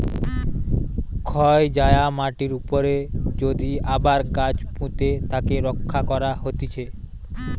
ক্ষয় যায়া মাটির উপরে যদি আবার গাছ পুঁতে তাকে রক্ষা করা হতিছে